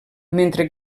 mentre